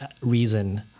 reason